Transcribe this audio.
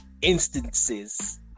instances